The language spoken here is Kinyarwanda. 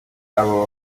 aba